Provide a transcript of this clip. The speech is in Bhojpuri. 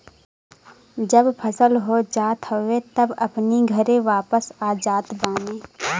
जब फसल हो जात हवे तब अपनी घरे वापस आ जात बाने